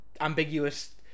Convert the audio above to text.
ambiguous